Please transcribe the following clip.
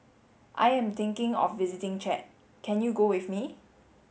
I am thinking of visiting Chad can you go with me